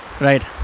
Right